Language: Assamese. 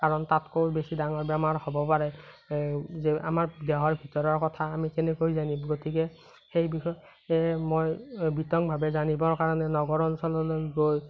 কাৰণ তাতকৈও বেছি ডাঙৰ বেমাৰ হ'ব পাৰে আমাৰ দেহৰ ভিতৰৰ কথা আমি কেনেকৈ জানিম গতিকে সেই বিষয়ে মই বিতংভাৱে জানিবৰ কাৰণে নগৰ অঞ্চললৈ গৈ